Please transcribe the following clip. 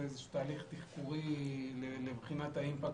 זה איזשהו תהליך תחקורי לבחינת ההשפעה